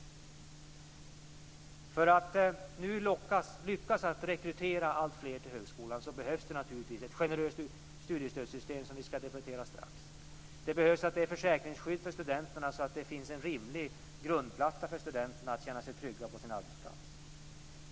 För att lyckas rekrytera alltfler till högskolan behövs det naturligtvis ett generöst studiestödssystem, som vi ska debattera strax. Det behövs försäkringsskydd för studenterna, så att det finns en rimlig grundplatta för studenterna så att de kan känna sig trygga på sin arbetsplats.